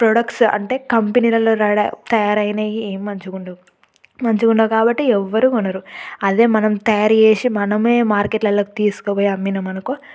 products అంటే కంపెనీలలో తయారైనవి ఏం మంచిగా ఉండవు మంచిగా ఉండవు కాబట్టి ఎవ్వరు కొనరు అదే మనం తయారు చేసి మనమే మార్కెట్లలోకి తీసుకుపోయి అమ్మినం అనుకో